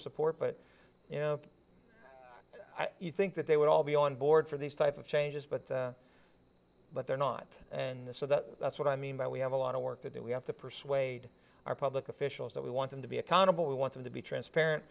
support but you know i think that they would all be on board for these type of changes but but they're not and so that's what i mean by we have a lot of work to do we have to persuade our public officials that we want them to be accountable we want them to be transparent